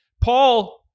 Paul